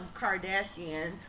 Kardashians